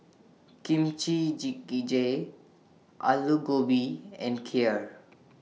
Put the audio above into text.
Kimchi Jjigae Alu Gobi and Kheer